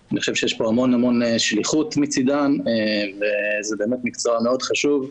שבאמת יש כאן שליחות מצדן וזה מקצוע מאוד חשוב.